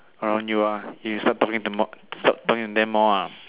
around you ah you start to meet them more start to meet them more ah